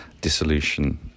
dissolution